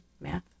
math